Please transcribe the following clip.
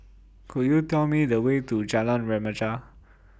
Could YOU Tell Me The Way to Jalan Remaja